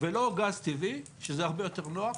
ולא גז טבעי, שזה הרבה יותר נוח.